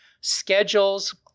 schedules